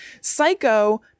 Psycho